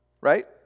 right